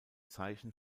zeichen